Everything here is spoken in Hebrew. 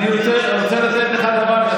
אני רוצה לתת לך דבר.